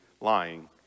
lying